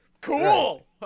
Cool